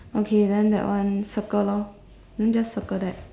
okay then that one circle lor then just circle that